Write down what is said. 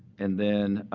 and then,